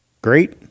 great